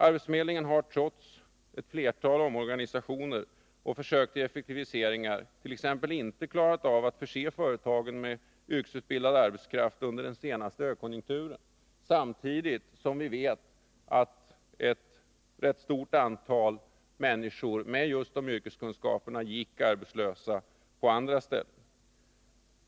Arbetsförmedlingen har t.ex. trots omorganisation och försök till effektiviseringar flera gånger inte klarat av att förse företagen med yrkesutbildad arbetskraft under den senaste högkonjunkturen, samtidigt som vi vet att människor med yrkeskunskaper gick arbetslösa.